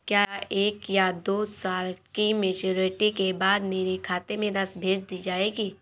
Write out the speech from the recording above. क्या एक या दो साल की मैच्योरिटी के बाद मेरे खाते में राशि भेज दी जाएगी?